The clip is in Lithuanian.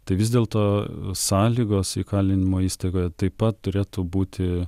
tai vis dėlto sąlygos įkalinimo įstaigoje taip pat turėtų būti